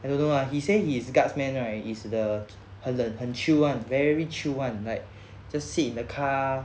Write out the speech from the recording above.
I don't know lah he say he is guardsman right is the 很冷很 chill [one] very chill [one] like just sit in the car